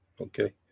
Okay